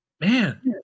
Man